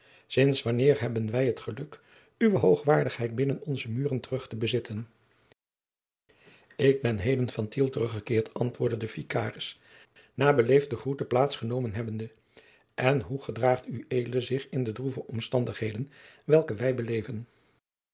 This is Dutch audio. sints wanneer hebben wij het geluk uwe hoogwaardigheid binnen onze muren terug te bezitten ik ben heden van tiel teruggekeerd antwoordde de vicaris na beleefde groete plaats genomen hebbende en hoe gedraagt ued zich in de droeve omstandigheden welke wij beleven